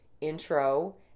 intro